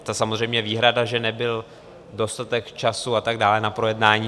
To je samozřejmě výhrada, že nebyl dostatek času a tak dále na projednání.